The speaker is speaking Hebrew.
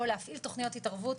או להפעיל תוכניות התערבות,